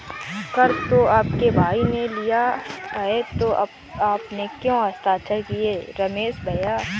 कर तो आपके भाई ने लिया है तो आपने क्यों हस्ताक्षर किए रमेश भैया?